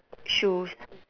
shoes